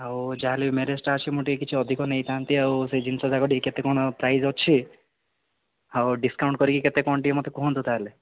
ଆଉ ଯାହା ହେଲେ ଭି ମ୍ୟାରେଜ୍ଟା ଅଛି ମୁଁ ଟିକିଏ କିଛି ଅଧିକ ନେଇଥାନ୍ତି ଆଉ ସେ ଜିନିଷଯାକ ଟିକିଏ କେତେ କ'ଣ ପ୍ରାଇସ୍ ଅଛି ଆଉ ଡିସ୍କାଉଣ୍ଟ୍ କରିକି କେତେ କ'ଣ ମୋତେ ଟିକିଏ କୁହନ୍ତୁ ତା'ହେଲେ